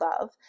love